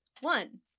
One